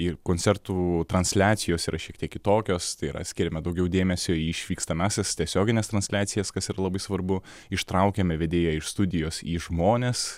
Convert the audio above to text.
ir koncertų transliacijos yra šiek tiek kitokios tai yra skiriame daugiau dėmesio į išvykstamąsias tiesiogines transliacijas kas yra labai svarbu ištraukiame vedėją iš studijos į žmones